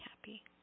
happy